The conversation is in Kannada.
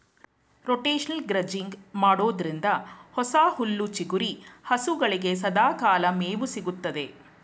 ರೋಟೇಷನಲ್ ಗ್ರಜಿಂಗ್ ಮಾಡೋದ್ರಿಂದ ಹೊಸ ಹುಲ್ಲು ಚಿಗುರಿ ಹಸುಗಳಿಗೆ ಸದಾಕಾಲ ಮೇವು ಸಿಗುತ್ತದೆ